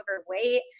overweight